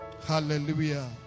Hallelujah